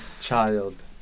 Child